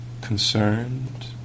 concerned